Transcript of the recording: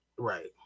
Right